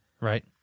Right